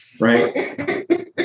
Right